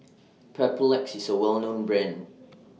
Papulex IS A Well known Brand